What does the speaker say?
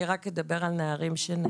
אני רק אדבר על נערים שנעצרים.